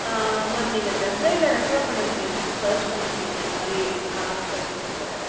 ma'am நீங்கள் just ட்ரைவ்ல refer பண்ணிருக்கீங்க சர்ச் பண்ணிருக்கீங்க இந்தமாதிரி கார் வேணுன்ட்டு